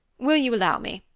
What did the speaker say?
will you allow me?